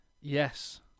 Yes